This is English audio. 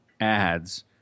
ads